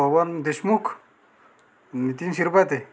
Pawan Deshmukh Nitin Shirpate